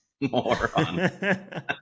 moron